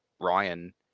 Ryan